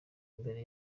mbere